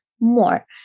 More